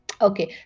okay